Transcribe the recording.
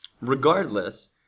regardless